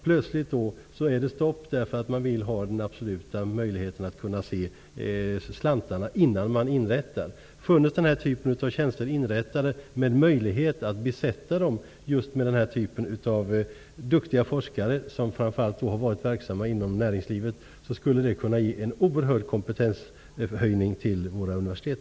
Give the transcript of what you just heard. Plötsligt är det stopp därför att man absolut vill se slantarna innan man inrättar tjänsten. Om dessa tjänster fanns inrättade och det fanns möjlighet att besätta dem just med de duktiga forskare som framför allt har varit verksamma inom näringslivet skulle det kunna medföra en oerhörd kompetenshöjning för våra universitet.